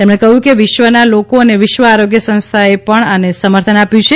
તેમણે કહયું કે વિશ્વના લોકો અને વિશ્વ આરોગ્ય સંસ્થાએ પણ આને સમર્થન આપ્યું છે